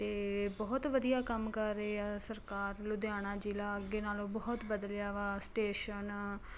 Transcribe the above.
ਅਤੇ ਬਹੁਤ ਵਧੀਆ ਕੰਮ ਕਰ ਰਹੇ ਆ ਸਰਕਾਰ ਲੁਧਿਆਣਾ ਜ਼ਿਲ੍ਹਾ ਅੱਗੇ ਨਾਲੋਂ ਬਹੁਤ ਬਦਲਿਆ ਵਾ ਸਟੇਸ਼ਨ